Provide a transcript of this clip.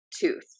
tooth